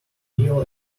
meal